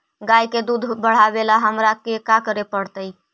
गाय के दुध बढ़ावेला हमरा का करे पड़तई?